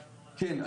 כן.